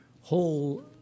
whole